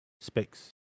specs